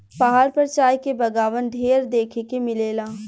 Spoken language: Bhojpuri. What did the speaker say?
पहाड़ पर चाय के बगावान ढेर देखे के मिलेला